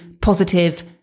positive